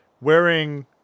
Wearing